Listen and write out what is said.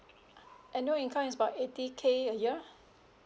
annual income is about eighty K a year